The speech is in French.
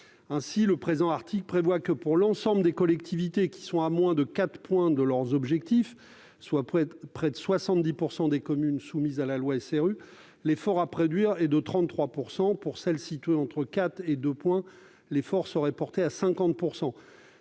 Ainsi, le présent article prévoit que, pour l'ensemble des collectivités qui sont à moins de 4 points de leurs objectifs, soit près de 70 % des communes soumises à la loi SRU, l'effort à produire est de 33 %. Pour celles qui sont situées entre 4 et 2 points, l'effort serait porté à 50 %.